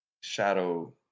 shadow